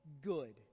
good